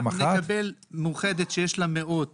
לקופת חולים מאוחדת יש מאות